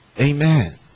Amen